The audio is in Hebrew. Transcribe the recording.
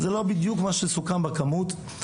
זה לא בדיוק מה שסוכם בכמות,